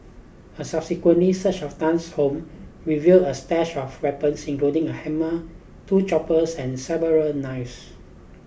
a subsequently search of Tan's home revealed a stash of weapons including a hammer two choppers and several knives